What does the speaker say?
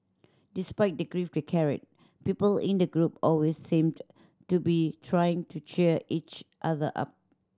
despite the grief they carried people in the group always seemed to be trying to cheer each other up